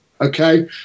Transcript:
Okay